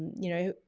you know,